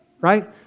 right